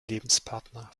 lebenspartner